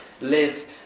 live